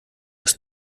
ist